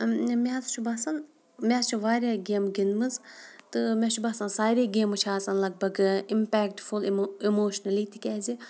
مےٚ حظ چھُ باسان مےٚ حظ چھِ واریاہ گیمہٕ گِنٛدمٕژ تہٕ مےٚ چھُ باسان سارے گیمہٕ چھِ آسان لگ بگ اِمپیکٹٕفُل یِمو اِموشنٔلی تِکیٛازِ